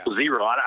Zero